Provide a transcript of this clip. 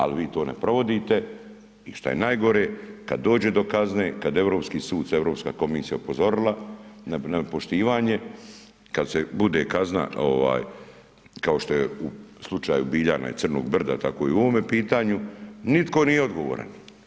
Ali vi to ne provodite i što je najgore, kad dođe do kazne, kad europski sud, EU komisija upozorila, na poštivanje, kad se bude kazna, kao što je u slučaju Biljana i crnog brda, tako i u ovome pitanju, nitko nije odgovoran.